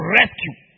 rescue